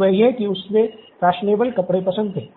वह यह कि उसे फैशनेबल कपड़े पसंद थे